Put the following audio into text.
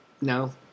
No